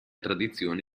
tradizione